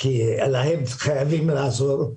ולהם חייבים לעזור,